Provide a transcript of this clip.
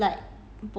ya